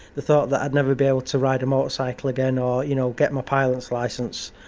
the thought that i'd never be able to ride a motorcycle again or you know get my pilot's licence